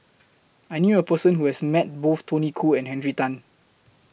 I knew A Person Who has Met Both Tony Khoo and Henry Tan